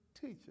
teacher